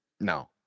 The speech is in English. No